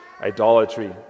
idolatry